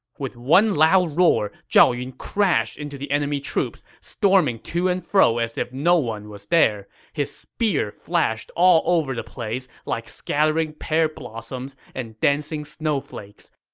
with one loud roar, zhao yun crashed into the enemy troops, storming to and fro as if no one was there. his spear flashed all over the place like scattering pear blossoms and dancing snowflakes.